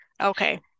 okay